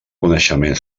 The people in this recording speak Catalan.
coneixement